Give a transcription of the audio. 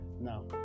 Now